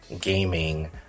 gaming